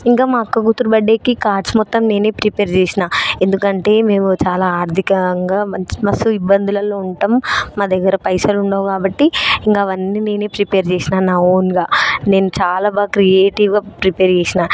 ఇంకా మా అక్క కూతురి బర్త్డేకి కార్డ్స్ మొత్తం నేనే ప్రిపేర్ చేసినా ఎందుకంటే మేము చాలా ఆర్థికంగా మస్తు ఇబ్బందులలో ఉంటాం మా దగ్గర పైసలు ఉండవు కాబట్టి ఇంకా అవన్నీ నేనే ప్రిపేర్ చేసినానా ఓన్గా నేను చాలా బాగా క్రియేటివ్గా ప్రిపేర్ చేసినా